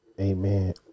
Amen